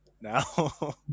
now